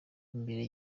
imbere